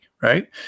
right